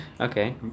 Okay